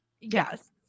Yes